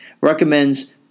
recommends